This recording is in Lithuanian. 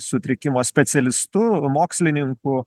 sutrikimo specialistu mokslininku